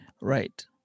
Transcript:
Right